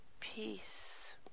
Peace